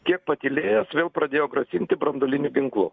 kiek patylėjęs vėl pradėjo grasinti branduoliniu ginklu